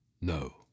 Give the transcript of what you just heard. No